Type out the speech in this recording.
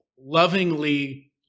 lovingly